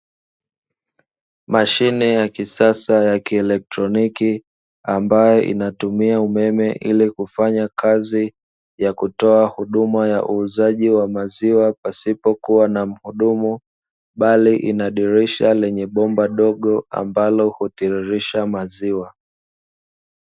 Mashine ya kisasa ya “kielektroniki” ambayo inatumia umeme ili kufanya kazi ya kutoa huduma ya uuzaji wa maziwa pasipo kuwa na mhudumu bali ina dirisha lenye bomba dogo ambalo hutililisha maziwa.